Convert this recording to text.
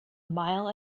mile